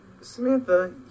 Samantha